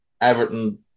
Everton